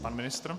Pan ministr?